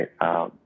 Right